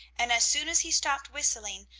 and as soon as he stopped whistling,